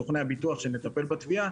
סוכני הביטוח שנטפל בתביעה,